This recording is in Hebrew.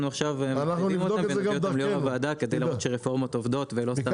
אנחנו עכשיו -- כדי להראות שרפורמות עובדות ולא סתם.